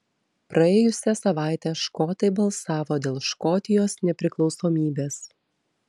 praėjusią savaitę škotai balsavo dėl škotijos nepriklausomybės